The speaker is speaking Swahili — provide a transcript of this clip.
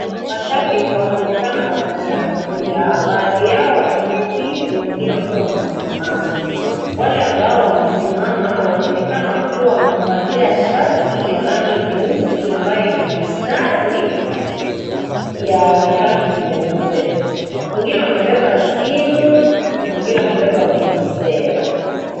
Mashabiki wanaonekana wakishangalia. Baadhi yao wameketi, wengine wakiwa wamesimama. Wale ambao wamesimama wanaonekana wakiwa wamevalia shati ya rangi nyeusi ambayo ina misitari ya rangi nyeupe. Wengine wamebeba simu, wengine wamebeba vuvuzela.